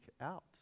out